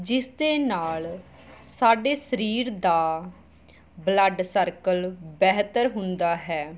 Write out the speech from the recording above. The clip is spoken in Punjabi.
ਜਿਸ ਦੇ ਨਾਲ ਸਾਡੇ ਸਰੀਰ ਦਾ ਬਲੱਡ ਸਰਕਲ ਬਿਹਤਰ ਹੁੰਦਾ ਹੈ